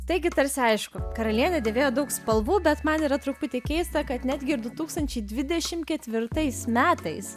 taigi tarsi aišku karalienė dėvėjo daug spalvų bet man yra truputį keista kad netgi ir du tūkstančiai dvidešim ketvirtais metais